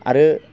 आरो